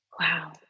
Wow